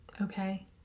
Okay